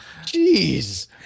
Jeez